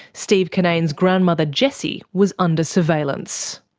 steve kinnane's grandmother jessie was under surveillance.